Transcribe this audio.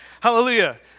Hallelujah